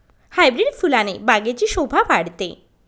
hybrid फुलाने बागेची शोभा वाढते